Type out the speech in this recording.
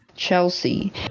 Chelsea